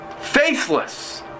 faithless